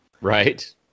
Right